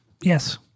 Yes